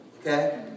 Okay